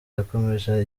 yakomeje